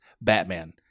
Batman